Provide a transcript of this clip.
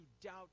doubt